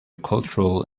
cultural